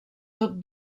tot